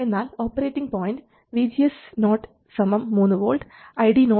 എന്നാൽ operating point VGS0 3 v ID0 200 µA ആണ്